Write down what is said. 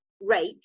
Rate